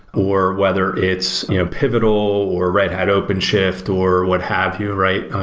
or whether it's you know pivotal, or red hat openshift or what have you, right?